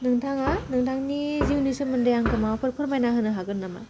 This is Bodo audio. नोंथाङा नोंथांनि जिउनि सोमोन्दै आंखौ माबाफोर फोरमायना होनो हागोन नामा